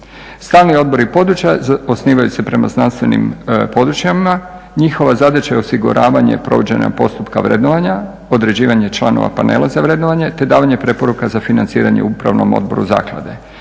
Stalni odbori područja osnivaju se prema znanstvenim područjima. Njihova zadaća je osiguravanje provođenja postupka vrednovanja, određivanje članova Panela za vrednovanje te davanje preporuka za financiranje u Upravnom odboru zaklade.